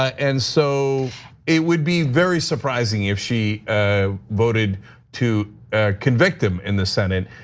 and so it would be very surprising if she ah voted to convict him in the senate.